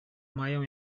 mają